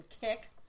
kick